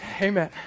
amen